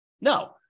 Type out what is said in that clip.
No